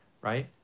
right